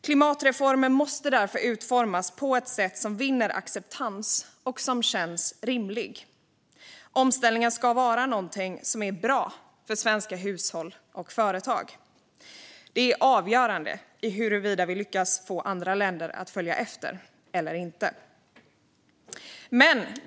Klimatreformer måste därför utformas på ett sätt som vinner acceptans och som känns rimligt. Omställningen ska vara någonting som är bra för svenska hushåll och företag. Det är avgörande för huruvida vi lyckas få andra länder att följa efter eller inte.